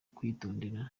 kwitondera